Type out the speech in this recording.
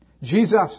Jesus